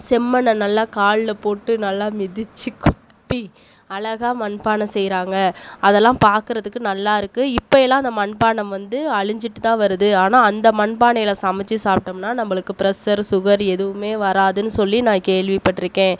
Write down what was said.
செம்மண்ணை நல்லா கால்ல போட்டு நல்லா மிதிச்சு குத்தி அழகாக மண்பானை செய்யுறாங்க அதெல்லாம் பார்க்குறதுக்கு நல்லா இருக்குது இப்பயெல்லாம் அந்த மண்பானம் வந்து அழிஞ்சிகிட்டு தான் வருது ஆனால் அந்த மண்பானையில் சமைச்சி சாப்பிடம்னா நம்மளுக்கு பிரெஷர் சுகர் எதுவுமே வராதுனு சொல்லி நான் கேள்விப்பட்டிருக்கேன்